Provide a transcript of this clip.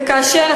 וכאשר,